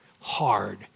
Hard